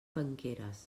penqueres